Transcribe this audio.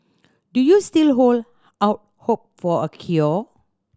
do you still hold out hope for a cure